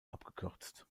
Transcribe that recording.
abgekürzt